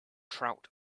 trout